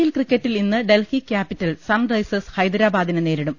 L ക്രിക്കറ്റിൽ ഇന്ന് Delhi Capitals Sunrisers ഹൈദരാബാദിനെ നേരിടും